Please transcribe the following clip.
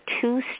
two